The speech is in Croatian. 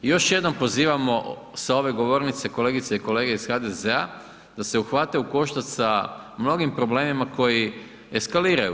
I još jednom pozivamo sa ove govornice, kolegice i kolege iz HDZ-a, da se uhvate u koštac sa mnogim problemima koji eskaliraju u RH.